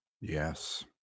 Yes